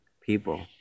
people